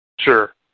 Sure